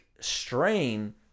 strain